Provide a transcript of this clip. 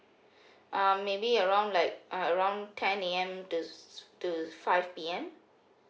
um maybe around like uh around ten A_M to to five P_M